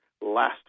last